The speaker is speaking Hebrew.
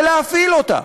ולהפעיל אותה,